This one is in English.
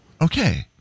Okay